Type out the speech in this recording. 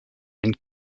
ein